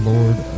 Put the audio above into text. Lord